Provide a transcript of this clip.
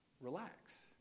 relax